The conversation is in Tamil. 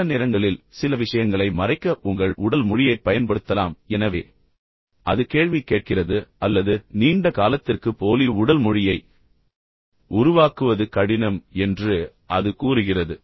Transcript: சில நேரங்களில் சில விஷயங்களை மறைக்க உங்கள் உடல் மொழியைப் பயன்படுத்தலாம் எனவே அது கேள்வி கேட்கிறது அல்லது நீண்ட காலத்திற்கு போலி உடல் மொழியை உருவாக்குவது கடினம் என்று அது கூறுகிறது